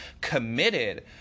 committed